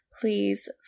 please